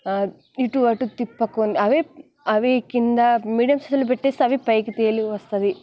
ఇటు అటు తిప్పకు అవే అవి కింద మీడియం సైజులో పెట్టేస్తే అవే పైకి తేలి వస్తుంది